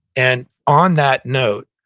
and on that note,